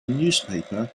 newspaper